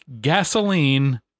gasoline